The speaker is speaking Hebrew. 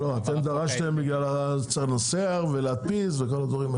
אתם דרשתם כי צריך לנסח ולהדפיס וכל הדברים האלה.